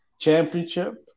championship